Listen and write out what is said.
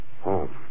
Home